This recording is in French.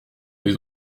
les